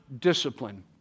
discipline